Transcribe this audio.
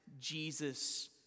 Jesus